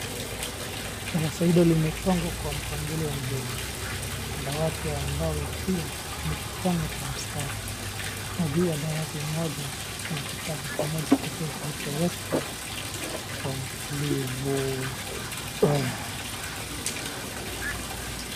Darasa hilo limepangwa ka mpangilio mzuri. Madawati ya mbao yakiwa yamejipanga kwa mstari na juu ya dawati moja kuna kitabu kimoja pekee kilichowekwa kwa utulivu.